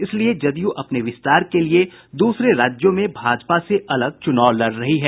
इसलिए जदयू अपने विस्तार के लिये दूसरे राज्यों में भाजपा से अलग चुनाव लड़ रही है